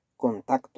contacto